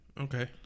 Okay